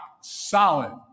solid